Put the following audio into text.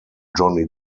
johnny